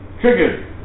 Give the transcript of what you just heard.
triggered